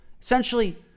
Essentially